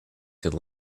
could